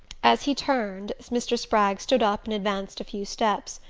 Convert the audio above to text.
as he turned, mr. spragg stood up and advanced a few steps.